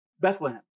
Bethlehem